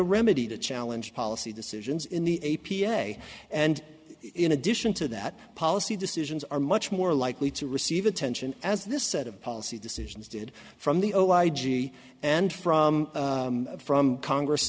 a remedy to challenge policy decisions in the a p a and in addition to that policy decisions are much more likely to receive attention as this set of policy decisions did from the zero i g and from from congress